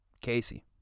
Casey